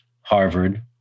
Harvard